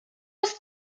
ist